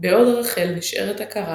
בעוד רחל נשארת עקרה,